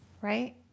Right